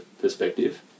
perspective